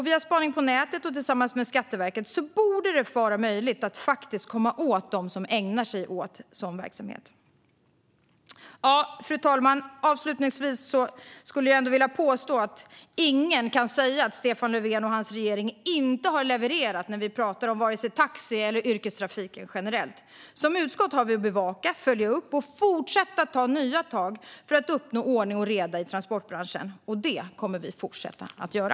Via spaning på nätet och tillsammans med Skatteverket borde det vara möjligt att komma åt dem som ägnar sig åt sådan verksamhet. Fru talman! Avslutningsvis vill jag påstå att ingen kan säga att Stefan Löfven och hans regering inte har levererat när vi talar om taxi eller yrkestrafik generellt. Som utskott har vi att bevaka, följa upp och fortsätta ta nya tag för att uppnå ordning och reda i transportbranschen. Och det kommer vi att fortsätta göra.